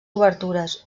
obertures